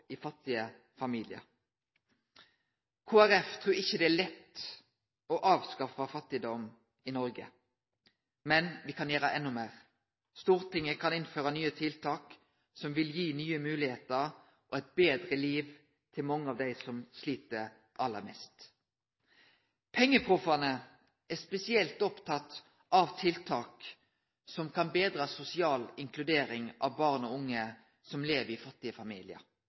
i fattige familiar. Kristeleg Folkeparti trur ikkje det er lett å avskaffe fattigdom i Noreg. Men me kan gjere enda meir. Stortinget kan innføre nye tiltak som vil gi nye moglegheiter og eit betre liv til mange av dei som slit aller mest. «PengeProffene» er spesielt opptekne av tiltak som kan betre sosial inkludering av barn og unge som lever i fattige familiar.